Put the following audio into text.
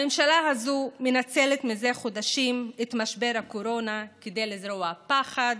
הממשלה הזו מנצלת מזה חודשים את משבר הקורונה כדי לזרוע פחד,